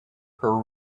her